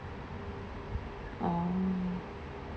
oh